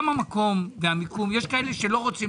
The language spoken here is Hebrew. גם המקום והמיקום יש מי שלא רוצים